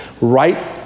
Right